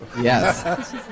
Yes